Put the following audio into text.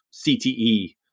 CTE